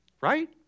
right